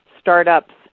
startups